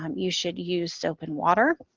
um you should use soap and water,